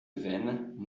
vaines